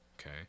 Okay